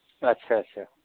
आथसा आथसा